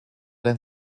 than